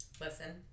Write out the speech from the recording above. Listen